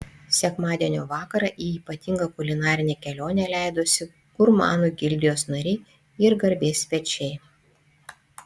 sekmadienio vakarą į ypatingą kulinarinę kelionę leidosi gurmanų gildijos nariai ir garbės svečiai